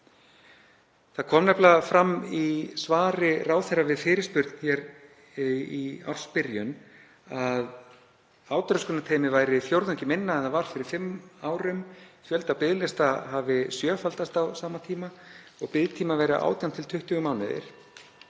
Það kom nefnilega fram í svari ráðherra við fyrirspurn hér í ársbyrjun að átröskunarteymið væri fjórðungi minna en það var fyrir fimm árum, að fjöldi á biðlista hafi sjöfaldast á sama tíma og biðtími væri 18–20 mánuðir.